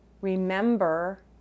remember